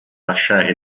lasciare